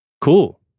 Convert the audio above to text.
cool